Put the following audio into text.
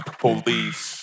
police